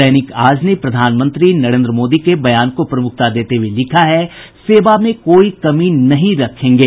दैनिक आज ने प्रधानमंत्री नरेंद्र मोदी के बयान को प्रमुखता देते हुये लिखा है सेवा में कोई कमी नहीं रखेंगे